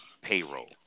payroll